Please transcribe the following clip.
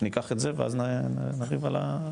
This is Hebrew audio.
ניקח את זה ואז נריב על,